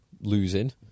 losing